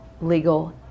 legal